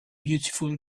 beautiful